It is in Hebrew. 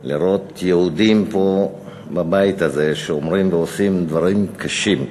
לראות יהודים פה בבית הזה שאומרים ועושים דברים קשים,